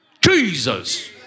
Jesus